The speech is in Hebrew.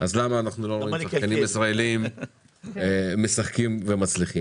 אז למה אנחנו לא רואים שחקנים ישראלים משחקים ומצליחים?